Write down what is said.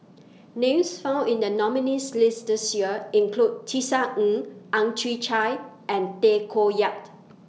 Names found in The nominees' list This Year include Tisa Ng Ang Chwee Chai and Tay Koh Yat